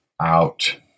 out